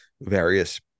various